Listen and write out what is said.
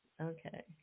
Okay